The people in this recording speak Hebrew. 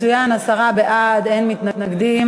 מצוין, מעולה.